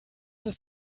ist